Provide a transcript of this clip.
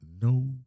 no